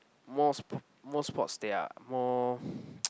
most most sports they are more